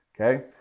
Okay